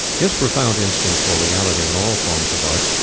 his profound instinct for reality in all forms of art,